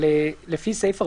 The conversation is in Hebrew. לפי סעיף 44(ד)(2)